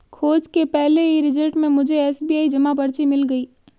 खोज के पहले ही रिजल्ट में मुझे एस.बी.आई जमा पर्ची मिल गई